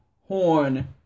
horn